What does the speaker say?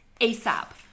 asap